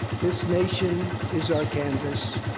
this nation is our canvas,